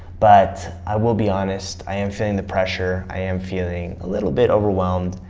but i will be honest i am feeling the pressure. i am feeling a little bit overwhelmed.